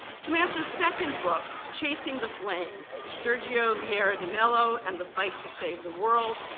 samantha's second book, chasing the flame, sergio vieira de mello and the fight to save the world,